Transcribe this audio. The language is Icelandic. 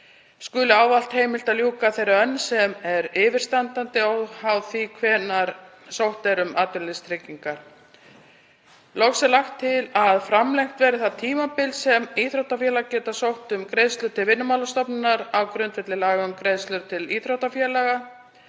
skuli ávallt heimilt að ljúka þeirri önn sem er yfirstandandi óháð því hvenær sótt er um atvinnuleysistryggingar. Loks er lagt til að framlengt verði það tímabil sem íþróttafélög geta sótt um greiðslur til Vinnumálastofnunar á grundvelli laga um greiðslur til íþróttafélaga